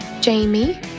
Jamie